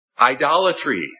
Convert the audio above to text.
Idolatry